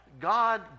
God